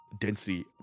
Density